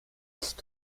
ist